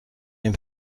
این